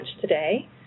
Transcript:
today